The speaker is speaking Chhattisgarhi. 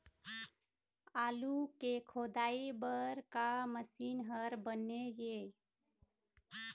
आलू के खोदाई बर का मशीन हर बने ये?